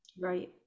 Right